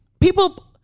people